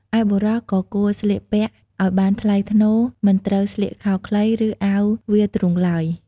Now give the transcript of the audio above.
ឯបុរសក៏គួរស្លៀកពាក់ឲ្យបានថ្លៃថ្នូរ មិនត្រូវស្លៀកខោខ្លី ឬអាវវាលទ្រូងឡើយ។